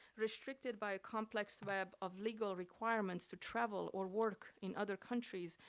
restricted by a complex web of legal requirements to travel or work in other countries,